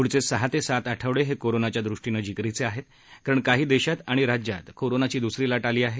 पुढचे सहा ते सात आठवडे हे कोरोनाच्या दृष्टीनं जिकरिचे आहेत कारण काही देशात आणि राज्यात कोरोनाची दुसरी लाट आली आहे